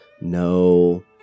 No